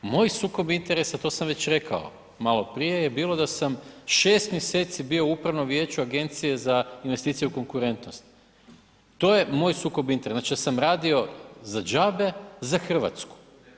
Moj sukob interesa, to sam već rekao maloprije je bilo da sam šest mjeseci bio u Upravnom vijeću Agencije za investicije i konkurentnost, to je moj sukob interesa, znači da sam radio za džabe za Hrvatsku.